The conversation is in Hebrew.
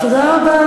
תודה רבה,